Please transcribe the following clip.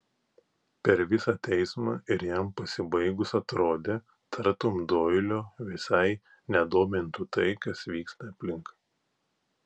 per visą teismą ir jam pasibaigus atrodė tartum doilio visai nedomintų tai kas vyksta aplink